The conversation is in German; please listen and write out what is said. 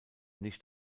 nicht